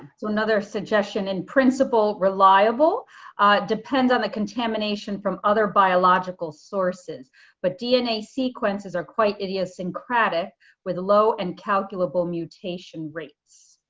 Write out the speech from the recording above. so another suggestion in principle, reliable depends on the contamination from other biological sources but dna sequences are quite idiosyncratic with low and calculable mutation rates,